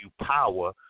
power